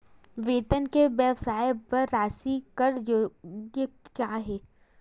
वेतन के बकाया कर राशि कर योग्य हे का?